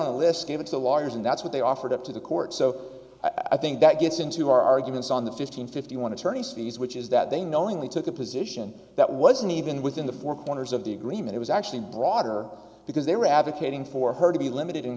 a list gave it to lawyers and that's what they offered up to the court so i think that gets into arguments on the fifteen fifty want to turn his fees which is that they knowingly took a position that wasn't even within the four corners of the agreement was actually broader because they were advocating for her to be limited in